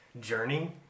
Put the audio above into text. journey